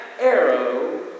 arrow